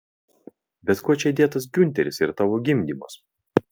bet kuo čia dėtas giunteris ir tavo gimdymas